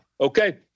Okay